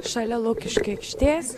šalia lukiškių aikštės